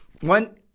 one –